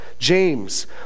James